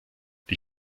die